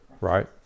right